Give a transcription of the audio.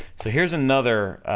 so here's another,